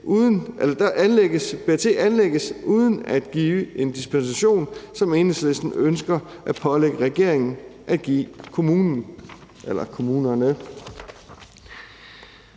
Derfor anlægges BRT uden at give en dispensation, som Enhedslisten ønsker at pålægge regeringen at give kommunerne.